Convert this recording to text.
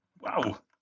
Wow